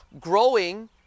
growing